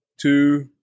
two